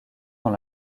dans